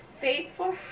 faithful